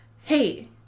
Hey